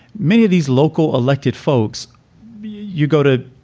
many of these local elected folks you go to,